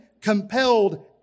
compelled